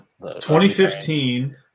2015